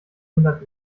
hundert